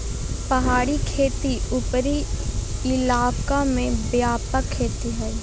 पहाड़ी खेती उपरी इलाका में व्यापक खेती हइ